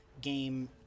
game